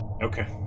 Okay